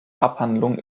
abhandlung